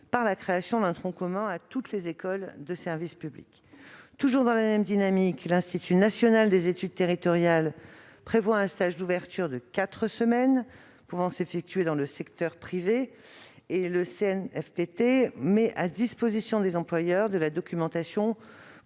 par la création d'un tronc commun à toutes les écoles de service public. Toujours dans la même dynamique, l'Institut national des études territoriales prévoit un stage d'ouverture de quatre semaines pouvant s'effectuer dans le secteur privé. Le Centre national de la fonction